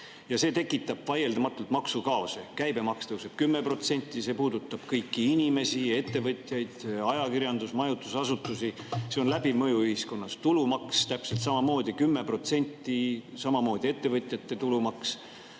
See tekitab vaieldamatult maksukaose. Käibemaks tõuseb 10%, see puudutab kõiki inimesi ja ettevõtjaid, ajakirjandust, majutusasutusi. Sellel on läbiv mõju ühiskonnas. Tulumaks [tõuseb] täpselt samamoodi 10%, samamoodi ettevõtjate tulumaks.